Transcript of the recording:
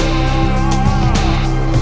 and